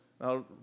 Now